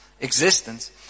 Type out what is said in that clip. existence